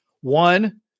one